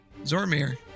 Zormir